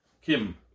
Kim